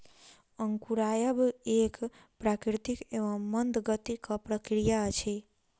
अंकुरायब एक प्राकृतिक एवं मंद गतिक प्रक्रिया अछि